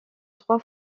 trois